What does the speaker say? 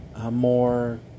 more